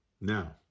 Now